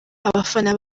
abafana